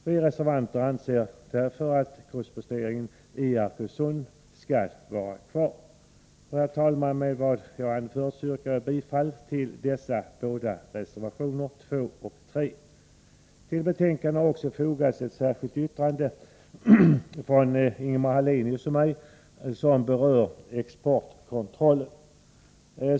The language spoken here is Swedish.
Vi reservanter anser därför att kustposteringen i Arkösund skall vara kvar. Herr talman! Med vad jag nu anfört yrkar jag bifall till reservationerna 2 och 3. Till betänkandet har också fogats ett särskilt yttrande från Ingemar Hallenius och mig som berör exportkontrollen.